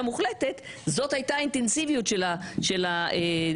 מוחלטת זאת הייתה האינטנסיביות של הדיון.